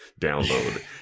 download